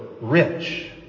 rich